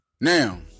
Now